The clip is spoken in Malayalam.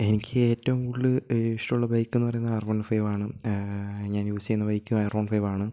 എനിക്ക് ഏറ്റവും കൂടുതൽ ഇഷ്ടമുള്ള ബൈക്കെന്നു പറയുന്നത് ആർവൺഫൈവ് ആണ് ഞാൻ യൂസ് ചെയ്യുന്ന ബൈക്കും ആർവൺഫൈവ് ആണ്